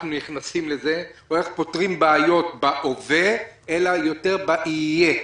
לא איך אנחנו נכנסים לזה או איך פותרים בעיות בהווה אלא יותר במה יהיה.